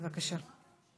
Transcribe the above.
בבקשה.